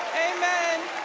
amen,